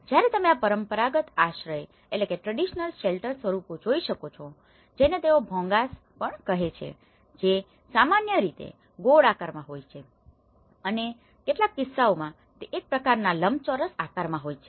જયારે તમે આ પરંપરાગત આશ્રય સ્વરૂપો જોઈ શકો છો જેને તેઓ ભોંગાસ પણ કહે છે જે સામાન્ય રીતે ગોળ આકારમાં હોય છે અને કેટલાક કિસ્સાઓમાં તે એક પ્રકારનાં લંબચોરસ આકારમાં હોય છે